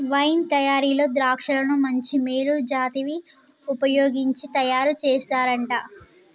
wine తయారీలో ద్రాక్షలను మంచి మేలు జాతివి వుపయోగించి తయారు చేస్తారంట